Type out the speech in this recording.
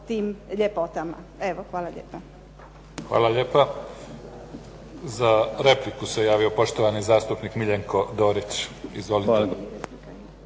tim ljepotama. Evo, hvala lijepa. **Mimica, Neven (SDP)** Hvala lijepa. Za repliku se javio poštovani zastupnik Miljenko Dorić. Izvolite.